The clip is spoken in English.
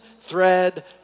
Thread